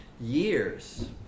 years